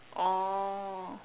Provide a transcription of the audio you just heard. oh